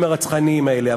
קרוב למחצית האנשים הללו,